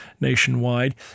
nationwide